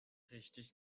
richtig